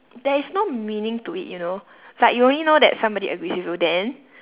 there is no meaning to it you know like you only know that somebody agrees with you then